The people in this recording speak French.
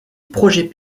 projet